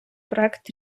проект